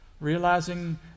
realizing